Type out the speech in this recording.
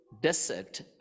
desert